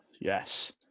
Yes